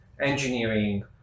engineering